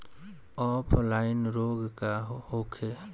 Offline रोग का होखे?